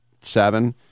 seven